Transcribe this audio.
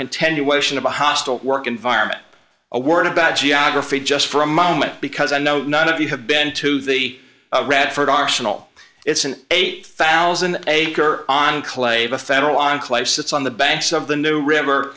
continuation of a hostile work environment a word about geography just for a moment because i know none of you have been to the radford arsenal it's an eight thousand dollars acre enclave a federal enclave sits on the banks of the new river